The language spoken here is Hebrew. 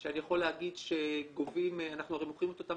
אני יכול להגיד שאנחנו מוכרים את אותן